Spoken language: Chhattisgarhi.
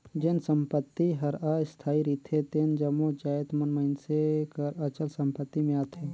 जेन संपत्ति हर अस्थाई रिथे तेन जम्मो जाएत मन मइनसे कर अचल संपत्ति में आथें